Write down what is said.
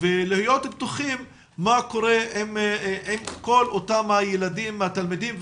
ולהיות בטוחים מה קורה עם כל אותם הילדים והתלמידים,